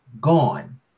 gone